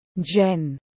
Jen